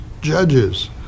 judges